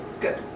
Good